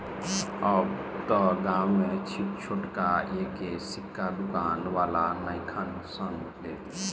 अब त गांवे में छोटका एक के सिक्का दुकान वाला नइखन सन लेत